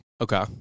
Okay